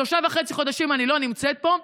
שלושה וחצי חודשים אני לא נמצאת פה,